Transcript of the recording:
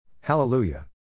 Hallelujah